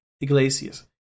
Iglesias